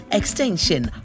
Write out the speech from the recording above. extension